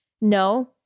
no